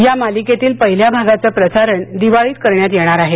या मालिकेतील पहिल्या भागाचं प्रसारण दिवाळीत करण्यात येणार आहे